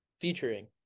featuring